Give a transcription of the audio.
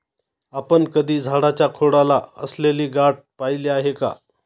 आपण कधी झाडाच्या खोडाला असलेली गाठ पहिली आहे का?